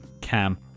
Cam